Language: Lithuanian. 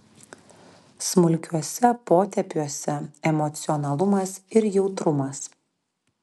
smulkiuose potėpiuose emocionalumas ir jautrumas